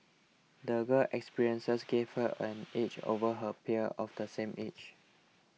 the girl experiences gave her an edge over her peers of the same age